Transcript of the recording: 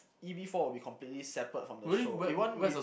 E_V four will be completely separate from the show even wi~